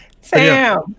Sam